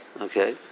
Okay